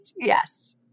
Yes